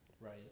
Right